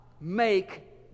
make